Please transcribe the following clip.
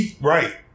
right